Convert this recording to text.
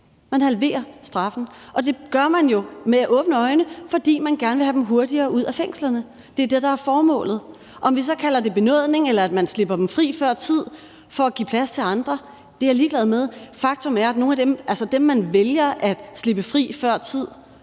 Man halverer straffen, og det gør man jo med åbne øjne, fordi man gerne vil have dem hurtigere ud af fængslerne. Det er det, der er formålet. Om vi så kalder det benådning eller at man slipper dem fri før tid for at give plads til andre, er jeg ligeglad med. Faktum er, at man vælger at slippe fri før tid,